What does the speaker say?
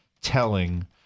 telling